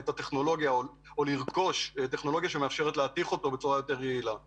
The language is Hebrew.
טכנולוגיות שיאפשרו התכת המידע בצורה יעילה יותר.